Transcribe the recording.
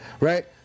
Right